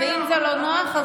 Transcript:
ואם זה לא נוח,